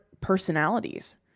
personalities